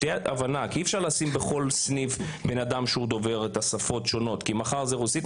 אי אפשר לשים בכל סניף אדם שדובר את השפות השונות מחר זה רוסית,